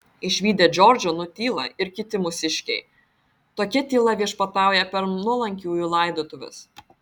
išvydę džordžą nutyla ir kiti mūsiškiai tokia tyla viešpatauja per nuolankiųjų laidotuves